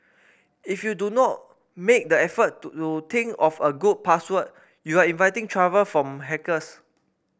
if you do not make the effort to to think of a good password you are inviting trouble from hackers